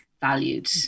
valued